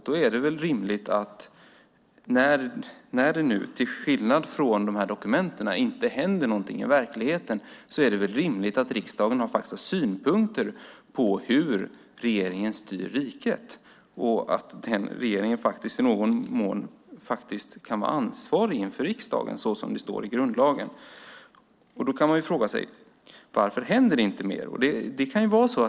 Då är det rimligt att riksdagen, när det nu till skillnad från dokumenten inte händer något i verkligheten, har synpunkter på hur regeringen styr riket och att regeringen i någon mån kan vara ansvarig inför riksdagen, så som det står i grundlagen. Då kan man fråga sig varför det inte händer mer.